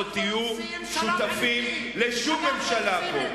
לכן אתם לא תהיו שותפים לשום ממשלה פה,